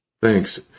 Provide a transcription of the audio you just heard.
Thanks